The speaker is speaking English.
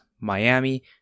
Miami